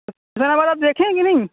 حسین آباد آپ دیکھیں ہیں کہ نہیں